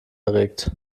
erregt